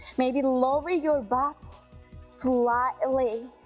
maybe lower your butt slightly